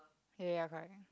ya ya correct